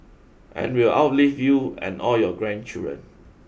and will outlive you and all your grandchildren